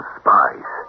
spies